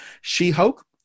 She-Hulk